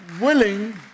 willing